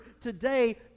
today